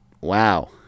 wow